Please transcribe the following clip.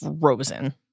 Frozen